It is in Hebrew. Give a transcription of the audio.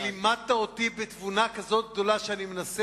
ולימדת אותי בתבונה גדולה כזאת שאני מנסה